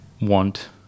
Want